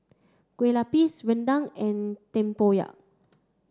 Kue Lupis Rendang and Tempoyak